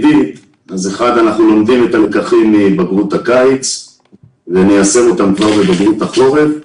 אנחנו לומדים את הלקחים מבגרות הקיץ וניישם אותם כבר בבגרות החורף.